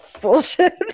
bullshit